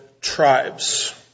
tribes